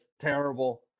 Terrible